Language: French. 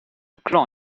clan